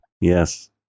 yes